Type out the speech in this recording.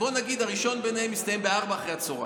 בואו נגיד שהראשון ביניהם יסתיים ב-16:00 אחר הצוהריים.